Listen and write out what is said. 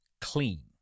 clean